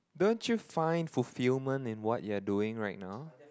don't you find fulfilment in what you're doing right now